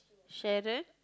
sharon